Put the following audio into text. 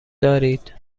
دارید